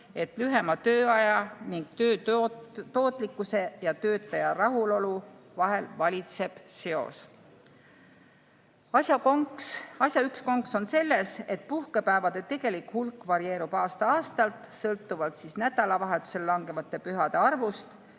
et lühema tööaja ning töö tootlikkuse ja töötaja rahulolu vahel valitseb seos. Asja üks konks on selles, et puhkepäevade tegelik hulk varieerub aastati sõltuvalt nädalavahetusele langevate pühade arvust.